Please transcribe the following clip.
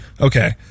Okay